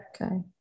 okay